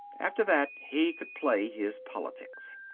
after that he could play his politics.